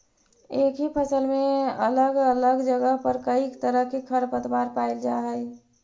एक ही फसल में अलग अलग जगह पर कईक तरह के खरपतवार पायल जा हई